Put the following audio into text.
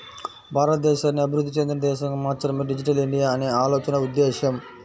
భారతదేశాన్ని అభివృద్ధి చెందిన దేశంగా మార్చడమే డిజిటల్ ఇండియా అనే ఆలోచన ఉద్దేశ్యం